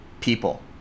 people